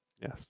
Yes